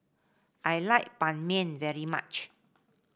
I like Ban Mian very much